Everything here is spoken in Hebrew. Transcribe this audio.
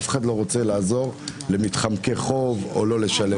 אף אחד לא רוצה לעזור למתחמקי חוב או לא לשלם,